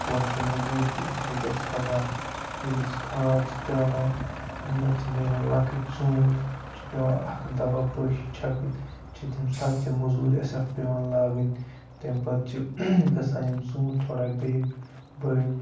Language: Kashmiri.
ہورٕ چھِ مٔزوٗر تہٕ امہِ سۭتۍ اَسہِ پَکان ییٚلہِ أسۍ کھاد چھِ ترٛاوان امہِ پَتہٕ چھِ نیران لۄکٕٹۍ ژوٗنٛٹھۍ چھِ پٮ۪وان اَکھ دوا پٲشی چھَکٕنۍ چھِ تمہِ ساتہٕ تہِ مٔزوٗرۍ اَسہِ اَتھ پٮ۪وان لاگٕنۍ تمہِ پَتہٕ چھِ گژھان یِم ژوٗنٛٹھۍ تھوڑا بیٚیہِ بٔڑۍ